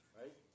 right